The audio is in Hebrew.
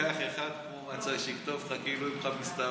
אתה גם לוקח אחד שיכתוב לך כאילו איפכא מסתברא,